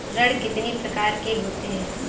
ऋण कितनी प्रकार के होते हैं?